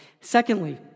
Secondly